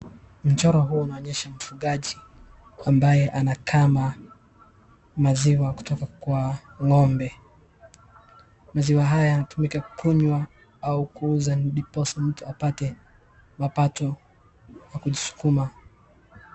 Mchoro huu unaonyesha mfugaji ambaye anakama maziwa kutoka kwa ng'ombe. Maziwa haya yanatumika kunywa au kuuzwa ndiposa mtu apate mapato wa kujisukuma.